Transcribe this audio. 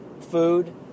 food